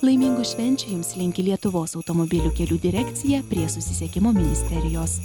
laimingų švenčių jums linki lietuvos automobilių kelių direkcija prie susisiekimo ministerijos